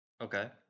Okay